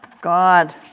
God